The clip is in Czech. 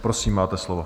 Prosím, máte slovo.